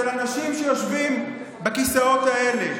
של אנשים שיושבים בכיסאות האלה.